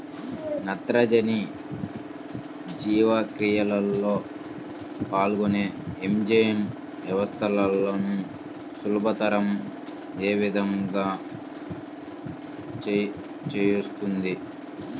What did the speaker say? నత్రజని జీవక్రియలో పాల్గొనే ఎంజైమ్ వ్యవస్థలను సులభతరం ఏ విధముగా చేస్తుంది?